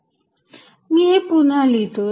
F114π0Qqx2a2432 मी हे पुन्हा लिहितो